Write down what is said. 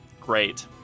Great